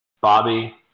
Bobby